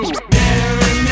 Mary